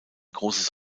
großes